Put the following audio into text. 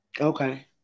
Okay